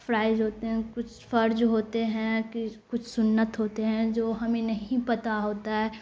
فراض ہوتے ہیں کچھ فرض ہوتے ہیں کہ کچھ سنت ہوتے ہیں جو ہمیں نہیں پتہ ہوتا ہے